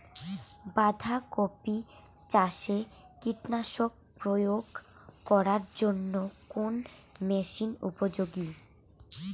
বাঁধা কপি চাষে কীটনাশক প্রয়োগ করার জন্য কোন মেশিন উপযোগী?